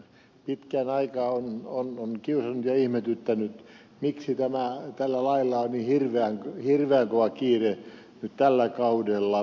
pitkän aikaa on kiusannut ja ihmetyttänyt miksi tällä lailla on niin hirveän kova kiire nyt tällä kaudella